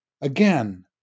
Again